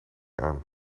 aan